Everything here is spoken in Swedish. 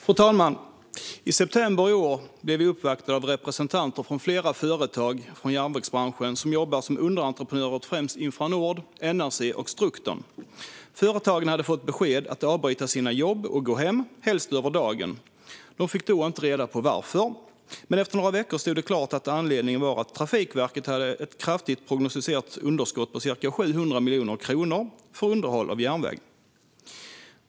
Fru talman! I september i år blev vi uppvaktade av representanter från flera företag i järnvägsbranschen som jobbar som underentreprenörer åt främst Infranord, NRC och Strukton. Företagen hade fått besked om att de skulle avbryta sina jobb och gå hem, helst på dagen. De fick då inte reda på varför, men efter några veckor stod det klart att anledningen var att Trafikverket hade ett kraftigt prognostiserat underskott på ca 700 miljoner kronor för underhåll av järnväg.